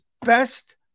best